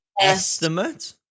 estimate